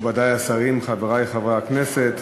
תודה רבה, מכובדי השרים, חברי חברי הכנסת,